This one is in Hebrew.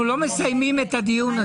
אנחנו לא מסיימים את הדיון הזה.